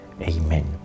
Amen